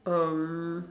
um